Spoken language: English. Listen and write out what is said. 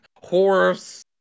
horse